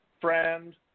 friend